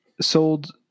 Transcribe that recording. sold